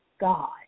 God